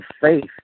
faith